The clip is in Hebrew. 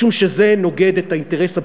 משום שזה נוגד את האינטרס הבסיסי.